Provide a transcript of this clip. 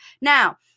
Now